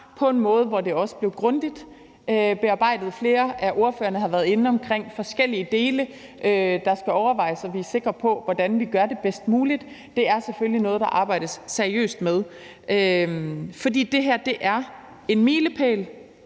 på en måde, hvor det også blev grundigt bearbejdet. Flere af ordførerne har været inde omkring forskellige dele, der skal overvejes, så vi er sikre på, hvordan vi gør det bedst muligt. Det er selvfølgelig noget, der arbejdes seriøst med. For det her er en milepæl,